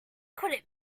could